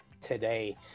today